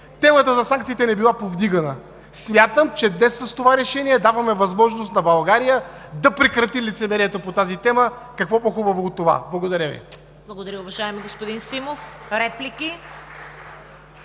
темата за санкциите не била повдигана. Смятам, че днес с това решение даваме възможност на България да прекрати лицемерието по тази тема. Какво по-хубаво от това?! Благодаря Ви. (Ръкопляскания от „БСП